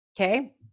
okay